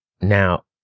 Now